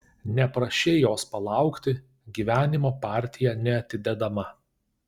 neprašei jos palaukti gyvenimo partija neatidedama